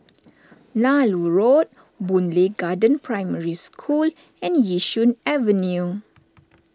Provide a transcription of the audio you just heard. Nallur Road Boon Lay Garden Primary School and Yishun Avenue